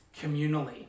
communally